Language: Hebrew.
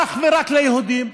אך ורק ליהודים,